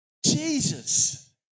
Jesus